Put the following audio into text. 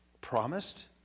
promised